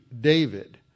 David